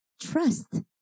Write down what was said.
trust